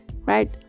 right